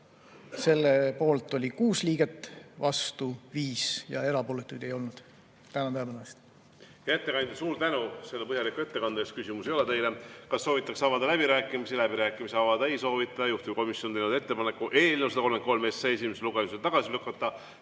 Selle poolt oli 6 liiget, vastu 5 ja erapooletuid ei olnud. Tänan tähelepanu eest! Hea ettekandja! Suur tänu selle põhjaliku ettekande eest! Küsimusi ei ole teile. Kas soovitakse avada läbirääkimisi? Läbirääkimisi avada ei soovita. Juhtivkomisjon on teinud ettepaneku eelnõu 133 esimesel lugemisel tagasi lükata.